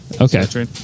okay